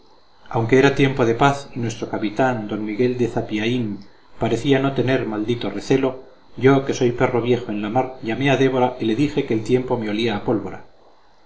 anque era tiempo de paz y nuestro capitán d miguel de zapiaín parecía no tener maldito recelo yo que soy perro viejo en la mar llamé a débora y le dije que el tiempo me olía a pólvora